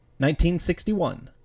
1961